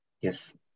Yes